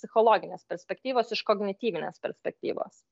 psichologinės perspektyvos iš kognityvinės perspektyvos